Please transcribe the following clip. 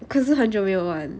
可是很久没有玩